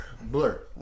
Blur